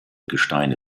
gesteine